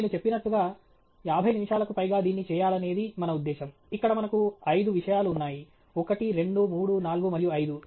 నేను చెప్పినట్లుగా యాభై నిమిషాలకు పైగా దీన్ని చేయాలనేది మన ఉద్దేశం ఇక్కడ మనకు ఐదు విషయాలు ఉన్నాయి ఒకటి రెండు మూడు నాలుగు మరియు ఐదు